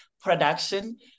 production